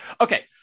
Okay